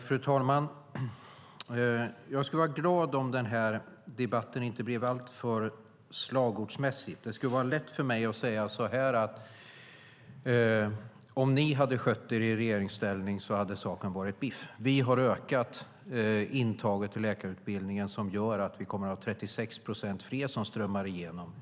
Fru talman! Jag skulle vara glad om den här debatten inte blev alltför slagordsmässig. Det skulle vara lätt för mig att säga att om ni hade skött er i regeringsställning hade saken varit biff. Vi har ökat antagningen till läkarutbildningen, vilket gör att vi kommer att ha 36 procent fler än tidigare som strömmar igenom.